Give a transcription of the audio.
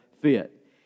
fit